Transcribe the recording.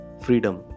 freedom